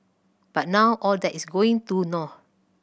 but now all that is going to naught